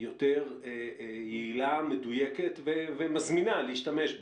יותר יעילה, מדויקת ומזמינה להשתמש בה?